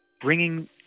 bringing